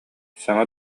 саҥа